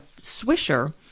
Swisher